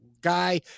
guy